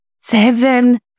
seven